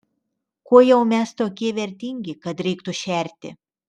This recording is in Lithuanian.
kuo jau mes tokie vertingi kad reiktų šerti